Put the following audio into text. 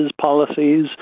policies